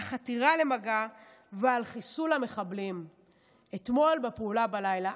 על חתירה למגע ועל חיסול המחבלים אתמול בפעולה בלילה.